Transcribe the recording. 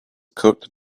cooked